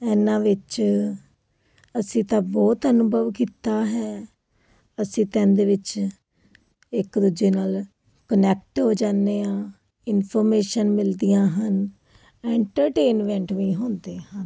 ਇਹਨਾਂ ਵਿੱਚ ਅਸੀਂ ਤਾਂ ਬਹੁਤ ਅਨੁਭਵ ਕੀਤਾ ਹੈ ਅਸੀਂ ਦਿਨ ਦੇ ਵਿੱਚ ਇੱਕ ਦੂਜੇ ਨਾਲ ਕਨੈਕਟ ਹੋ ਜਾਂਦੇ ਹਾਂ ਇਨਫੋਰਮੇਸ਼ਨ ਮਿਲਦੀਆਂ ਹਨ ਐਂਟਰਟੇਨਮੈਂਟ ਵੀ ਹੁੰਦੇ ਹਨ